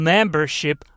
Membership